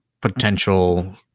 potential